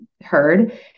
heard